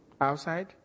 outside